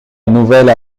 nouvelle